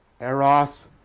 eros